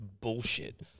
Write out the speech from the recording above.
bullshit